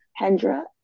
Hendra